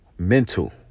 Mental